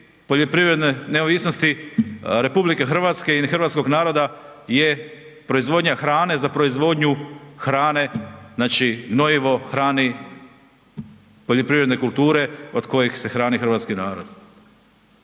poljoprivredne neovisnosti RH i hrvatskog naroda je proizvodnja hrane za proizvodnju hrane, znači, gnojivo hrani poljoprivredne kulture od kojih se hrani hrvatski narod.